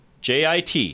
JIT